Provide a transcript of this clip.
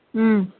उम